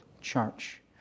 church